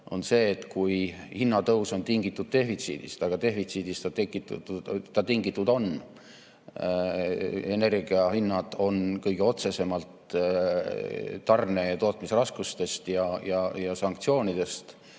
on see, et kui hinnatõus on tingitud defitsiidist – ja defitsiidist ta tingitud on, energiahinnad tulenevad kõige otsesemalt tarne- ja tootmisraskustest ja sanktsioonidest